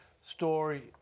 story